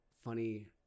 funny